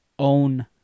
own